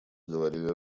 говорили